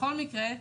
בכל מקרה,